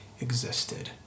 existed